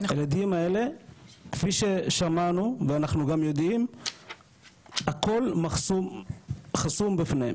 הילדים האלה כפי ששמענו ואנחנו גם יודעים הכול חסום בפניהם,